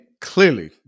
clearly